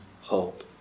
hope